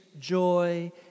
joy